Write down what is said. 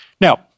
Now